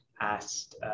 asked